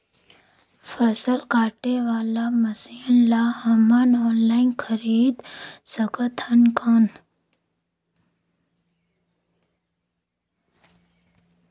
फसल काटे वाला मशीन ला हमन ऑनलाइन खरीद सकथन कौन?